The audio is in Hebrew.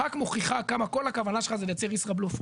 רק מוכיחה כמה כל הכוונה שלך זה לייצר ישראבלוף.